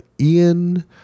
Ian